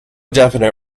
definite